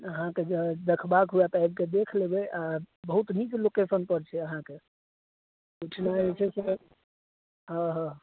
अहाँके जँ देखबाक हुअए तऽ आबि कए देख लेबय आओर बहुत नीक लोकेशनपर छै अहाँके अइठिना जे छै से हँ हँ